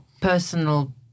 personal